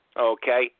okay